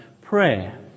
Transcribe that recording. prayer